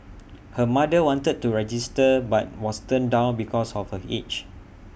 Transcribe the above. her mother wanted to register but was turned down because of her age